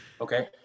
Okay